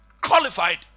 qualified